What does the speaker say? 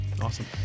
awesome